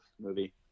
movie